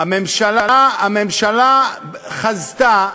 הממשלה חזתה,